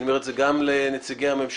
אני אומר את זה גם לנציגי הממשלה,